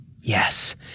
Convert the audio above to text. Yes